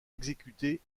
exécutée